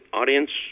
audience